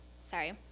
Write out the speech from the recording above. sorry